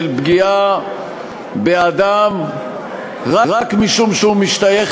של פגיעה באדם רק משום שהוא משתייך